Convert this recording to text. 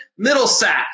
Middlesack